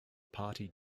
party